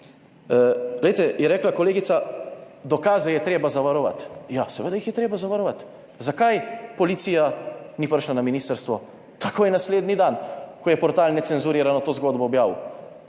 Glejte, je rekla kolegica, dokaze je treba zavarovati. Ja seveda jih je treba zavarovati. Zakaj policija ni prišla na ministrstvo takoj naslednji dan, ko je portal Necenzurirano to zgodbo objavil?